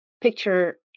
picture